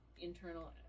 internal